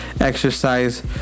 Exercise